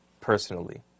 personally